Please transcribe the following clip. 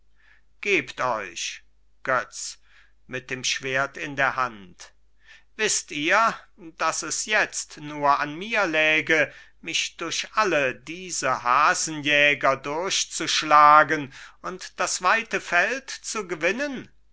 gebt euch götz mit dem schwert in der hand wißt ihr daß es jetzt nur an mir läge mich durch alle diese hasenjäger durchzuschlagen und das weite feld zu gewinnen